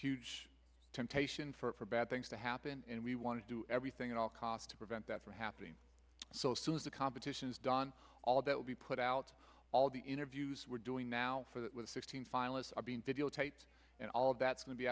huge temptation for bad things to happen and we want to do everything at all cost to prevent that from happening so soon as the competition is done all that will be put out all the interviews we're doing now for the fifteen finalists are being videotaped and all of that seem to be